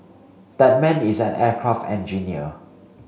that man is an aircraft engineer